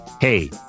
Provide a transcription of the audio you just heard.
Hey